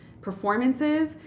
performances